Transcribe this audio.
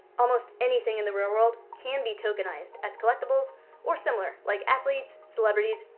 almost anything in the real world can be tokenized as collectibles or similar like athletes, celebrities,